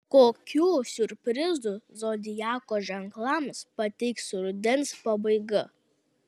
kokių siurprizų zodiako ženklams pateiks rudens pabaiga